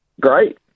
great